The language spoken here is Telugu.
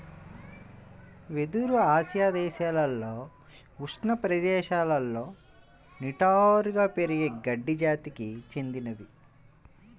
వెదురు ఆసియా దేశాలలో ఉష్ణ ప్రదేశాలలో నిటారుగా పెరిగే గడ్డి జాతికి చెందినది